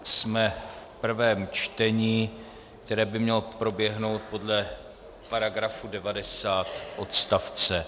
Jsme v prvém čtení, které by mělo proběhnout podle § 90 odst.